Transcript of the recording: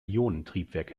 ionentriebwerk